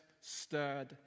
stirred